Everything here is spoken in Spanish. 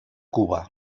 cuba